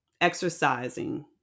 exercising